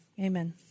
Amen